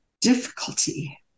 difficulty